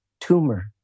Tumor